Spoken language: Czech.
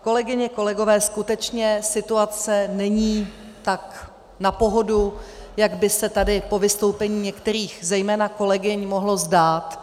Kolegyně, kolegové, skutečně situace není tak na pohodu, jak by se tady po vystoupeních některých zejména kolegyň mohlo zdát.